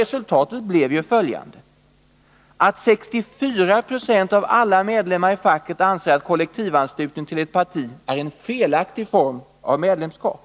Resultatet blev bl.a. att 64 90 av alla medlemmarna i facket anser att kollektivanslutning till ett politiskt parti är en felaktig form av medlemskap.